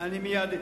מייד אתייחס.